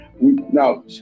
now